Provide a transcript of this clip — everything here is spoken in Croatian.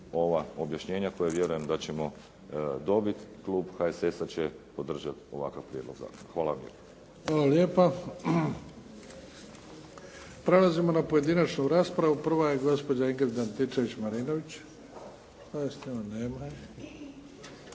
ova objašnjenja koja vjerujem da ćemo dobiti, klub HSS-a će podržati ovakav prijedlog zakona. Hvala lijepa. **Bebić, Luka (HDZ)** Hvala lijepa. Prelazimo na pojedinačnu raspravu. Prva je Ingrid Antičević-Marinović.